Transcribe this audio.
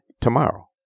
tomorrow